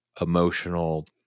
emotional